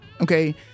Okay